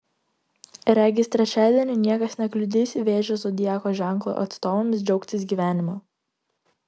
regis trečiadienį niekas nekliudys vėžio zodiako ženklo atstovams džiaugtis gyvenimu